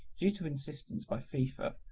due to insistence by fifa,